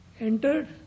entered